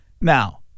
Now